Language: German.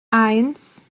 eins